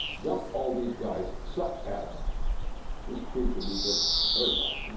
dump all these guys, such as this creature we just heard about. and